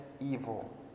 evil